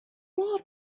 more